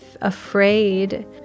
afraid